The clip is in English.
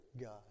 God